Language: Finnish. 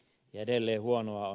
edelleen huonoa on